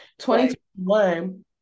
2021